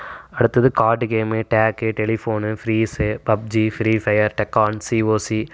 அடுத்தது card game tag telephone freeze PUBG free fire டக்கான் COC